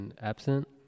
absent